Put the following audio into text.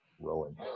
rolling